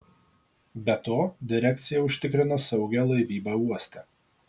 be to direkcija užtikrina saugią laivybą uoste